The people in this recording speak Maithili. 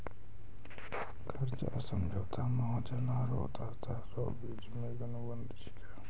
कर्जा समझौता महाजन आरो उदारकरता रो बिच मे एक अनुबंध छिकै